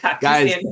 Guys